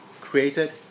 created